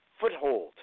foothold